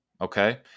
okay